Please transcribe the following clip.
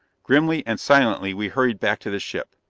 grimly and silently we hurried back to the ship.